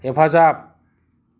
हेफाजाब